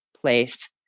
place